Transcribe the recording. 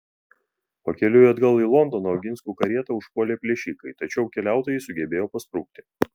pakeliui atgal į londoną oginskių karietą užpuolė plėšikai tačiau keliautojai sugebėjo pasprukti